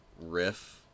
riff